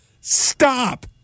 stop